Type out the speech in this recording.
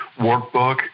workbook